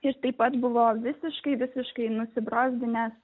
ir taip pat buvo visiškai visiškai nusibrozdinęs